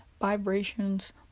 vibrations